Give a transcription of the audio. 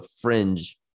fringe